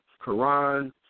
Quran